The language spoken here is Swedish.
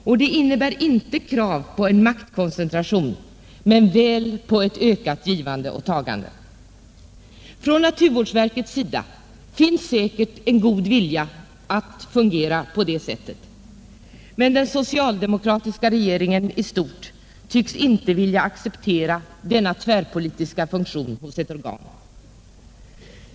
Detta innebär inte krav på en maktkoncentration men väl på ett ökad givande och tagande. Från naturvårdsverkets sida finns säkert en god vilja att fungera på det sättet, men den socialdemokratiska regeringen i stort tycks inte vilja acceptera denna tvärpolitiska funktion hos ett organ.